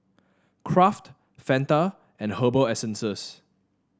Kraft Fanta and Herbal Essences